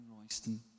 Royston